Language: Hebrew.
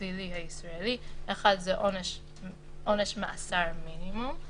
הפלילי הישראלי: אחד זה עונש מאסר מינימום.